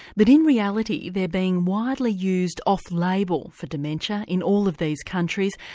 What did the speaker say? but in reality they're being widely used off-label for dementia in all of these countries,